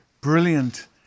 brilliant